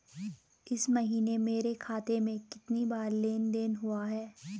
इस महीने मेरे खाते में कितनी बार लेन लेन देन हुआ है?